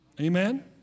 Amen